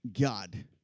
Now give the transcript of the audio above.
God